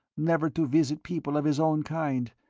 never to visit people of his own kind,